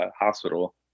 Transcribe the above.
hospital